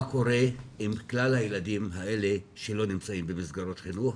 קורה עם כלל הילדים האלה שלא נמצאים במסגרות חינוך.